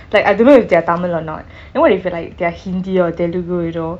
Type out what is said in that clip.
like I don't know if they are tamil or not then what if like they are hindi or telugu you know